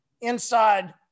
inside